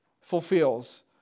fulfills